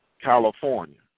California